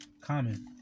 Common